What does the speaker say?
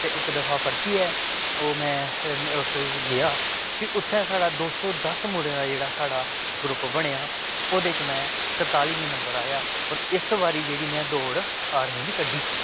ते इक दफा परतियै ओह् में उस च गेआ फ्ही उत्थै साढ़ा दो सौ दस्स मुड़े दा जेह्ड़ा साढ़ा ग्रुप बनेआ ओह्दे च में तरतालिमें नंबर आया होर इस बारी जेह्ड़ी में दौड़ आर्मी दी कड्ढी दित्ती